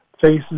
faces